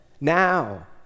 now